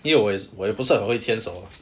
因为我也我也不是很会牵手 mah